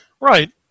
Right